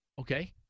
Okay